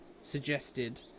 suggested